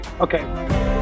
okay